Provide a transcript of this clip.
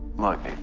look,